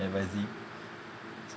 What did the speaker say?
advising